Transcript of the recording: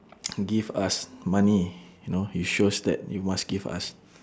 give us money you know you show us that you must give us